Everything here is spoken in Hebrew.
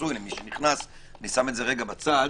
שמצוי למי שנכנס אני שם את זה רגע בצד